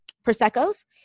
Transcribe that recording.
Prosecco's